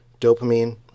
dopamine